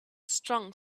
strong